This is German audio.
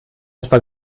etwa